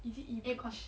is it each